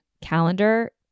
calendar